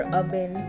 oven